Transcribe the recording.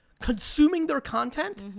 consuming their content,